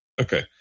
Okay